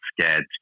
scared